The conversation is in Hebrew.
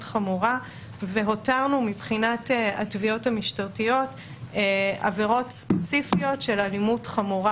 חמורה והותרנו מבחינת התביעות המשטרתיות עבירות ספציפיות של אלימות חמורה